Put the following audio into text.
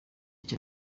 cya